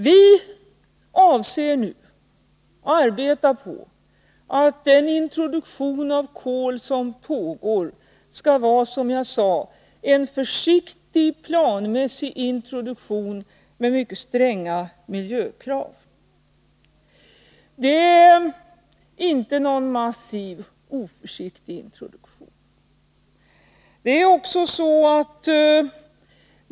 Vi avser nu, och arbetar på, att den introduktion av kol som pågår skall vara, som jag sade, en försiktig, planmässig introduktion med mycket stränga miljökrav. Det är inte någon massiv, oförsiktig introduktion.